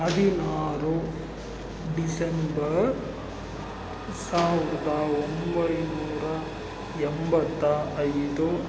ಹದಿನಾರು ಡಿಸೆಂಬರ್ ಸಾವಿರ್ದ ಒಂಬೈನೂರ ಎಂಬತ್ತ ಐದು